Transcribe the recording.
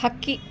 ಹಕ್ಕಿ